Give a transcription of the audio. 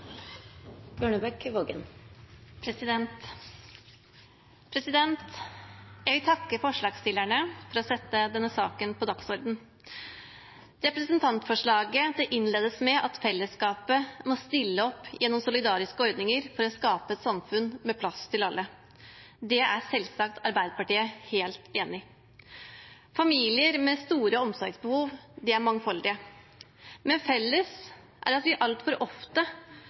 Jeg vil takke forslagsstillerne for å sette denne saken på dagsordenen. Representantforslaget innledes med at fellesskapet må stille opp gjennom solidariske ordninger for å skape et samfunn med plass til alle. Det er selvsagt Arbeiderpartiet helt enig i. Familier med store omsorgsbehov er mangfoldige, men felles er at vi altfor ofte